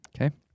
Okay